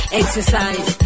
exercise